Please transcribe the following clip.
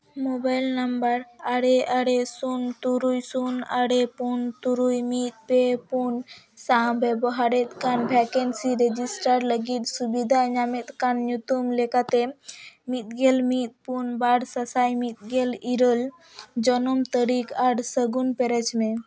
mobile number ᱟᱨᱮ ᱟᱨᱮ ᱥᱩᱱ ᱛᱩᱨᱩᱭ ᱥᱩᱱ ᱟᱨᱮ ᱯᱩᱱ ᱛᱩᱨᱩᱭ ᱢᱤᱫ ᱯᱮ ᱯᱩᱱ ᱥᱟᱶ ᱵᱮᱵᱚᱦᱟᱨᱮᱫ ᱠᱟᱱ ᱵᱷᱮᱠᱮᱱᱥᱤ ᱨᱮᱡᱤᱥᱴᱟᱨ ᱞᱟᱹᱜᱤᱫ ᱧᱟᱢᱮᱫ ᱠᱟᱱ ᱧᱩᱛᱩᱢ ᱞᱮᱠᱟᱛᱮ ᱢᱤᱫ ᱜᱮᱞ ᱢᱤᱫ ᱯᱩᱱ ᱵᱟᱨ ᱥᱟᱼᱥᱟᱭ ᱢᱤᱫ ᱜᱮᱞ ᱤᱨᱟᱹᱞ ᱡᱚᱱᱚᱢ ᱛᱟᱹᱨᱤᱠᱷ ᱟᱨ ᱥᱟᱹᱜᱩᱱ ᱯᱮᱨᱮᱡ ᱢᱮ